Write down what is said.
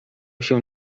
się